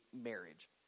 marriage